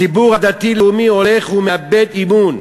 הציבור הדתי-לאומי הולך ומאבד אמון.